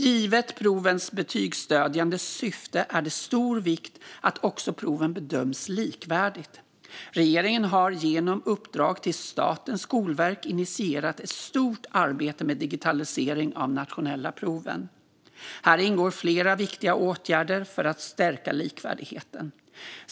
Givet provens betygsstödjande syfte är det av stor vikt att också proven bedöms likvärdigt. Regeringen har genom uppdrag till Statens skolverk initierat ett stort arbete med digitalisering av de nationella proven. Här ingår flera viktiga åtgärder för att stärka likvärdigheten.